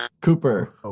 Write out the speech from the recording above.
Cooper